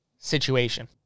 Situation